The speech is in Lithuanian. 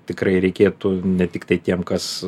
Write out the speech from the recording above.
tikrai reikėtų ne tiktai tiem kas